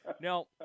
Now